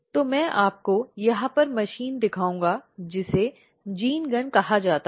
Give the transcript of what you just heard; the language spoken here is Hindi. तो मैं आपको यहाँ पर मशीन दिखाऊंगा जिसे जीन गन कहा जाता है